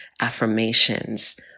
affirmations